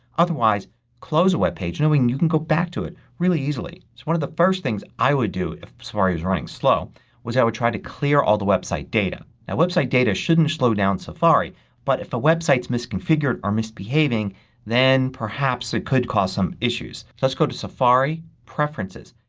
otherwise close the webpage knowing that you can go back to it really easily. so one of the first things i would do if safari is running slow was i would try to clear all the website data. now and website data shouldn't slow down safari but if the website is misconfigured or misbehaving then perhaps it could cause some issues. so let's go to safari, preferences.